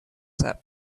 that